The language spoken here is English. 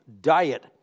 diet